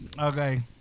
Okay